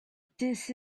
this